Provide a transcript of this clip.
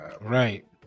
Right